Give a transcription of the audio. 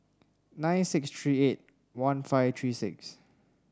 nine six three eight one five three six